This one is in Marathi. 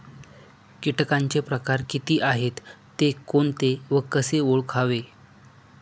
किटकांचे प्रकार किती आहेत, ते कोणते व कसे ओळखावे?